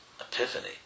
epiphany